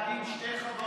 להקים שתי חברות,